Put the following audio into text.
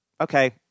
okay